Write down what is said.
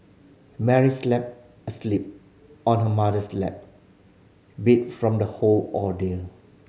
Mary asleep on her mother's lap beat from the whole ordeal